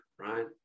right